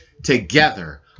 together